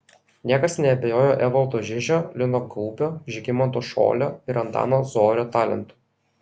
niekas neabejojo evaldo žižio lino gaubio žygimanto šolio ir antano zorio talentu